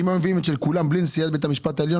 ואם היו מביאים רק את של נשיאת בית המשפט העליון